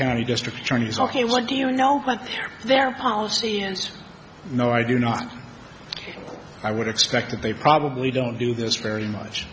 county district attorney's ok what do you know what are their policy and no i do not i would expect that they probably don't do this very much